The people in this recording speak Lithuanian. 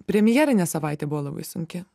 premjerinė savaitė buvo labai sunki